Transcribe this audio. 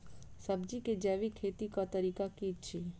सब्जी केँ जैविक खेती कऽ तरीका की अछि?